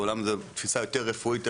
אמנם זו תפיסה יותר רפואית,